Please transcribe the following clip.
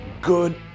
good